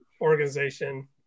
organization